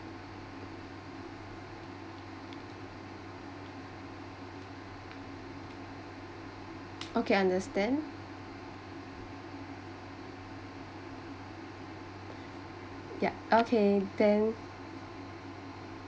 okay understand yup okay then